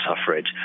suffrage